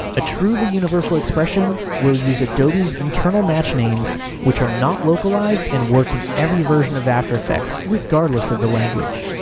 a truly universal expression will use adobe's internal matchnames, which are not localized and work in every version of after effects, regardless of the language.